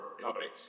companies